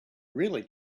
really